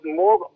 more